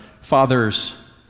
fathers